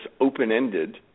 open-ended